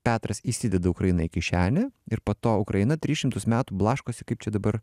petras įsideda ukrainą į kišenę ir po to ukraina tris šimtus metų blaškosi kaip čia dabar